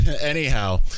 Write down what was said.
Anyhow